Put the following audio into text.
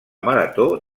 marató